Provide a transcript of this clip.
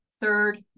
third